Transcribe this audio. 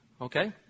Okay